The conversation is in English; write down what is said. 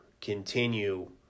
continue